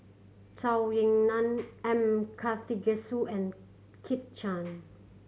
Zhou Ying Nan M Karthigesu and Kit Chan